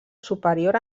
superior